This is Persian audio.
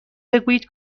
بگویید